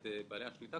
את בעלי השליטה.